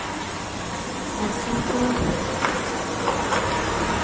Narsinghpur